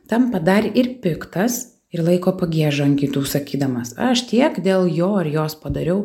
tampa dar ir piktas ir laiko pagiežą ant kitų sakydamas aš tiek dėl jo ar jos padariau